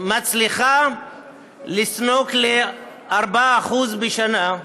מצליחה לנסוק ל-4% בשנה?